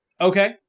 Okay